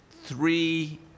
three